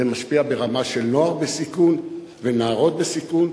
זה משפיע ברמה של נוער בסיכון ונערות בסיכון,